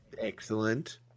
Excellent